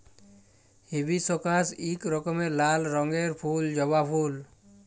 hibiscus ইক রকমের লাল রঙের ফুল জবা ফুল